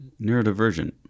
Neurodivergent